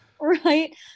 Right